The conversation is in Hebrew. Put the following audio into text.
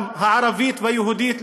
הערבית והיהודית,